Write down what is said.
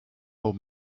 old